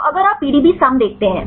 तो अगर आप PDBsum देखते हैं